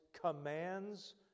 commands